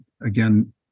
again